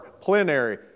plenary